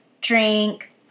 drink